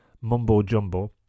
mumbo-jumbo